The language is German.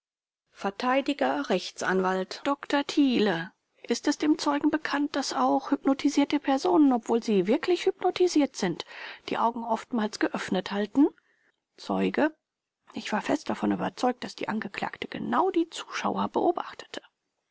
r a dr thiele ist es dem zeugen bekannt daß auch hypnotisierte personen obwohl sie wirklich hypnotisiert sind die augen oftmals geöffnet halten zeuge ich war fest davon überzeugt daß die angeklagte genau die zuschauer beobachtete